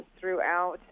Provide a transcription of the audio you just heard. throughout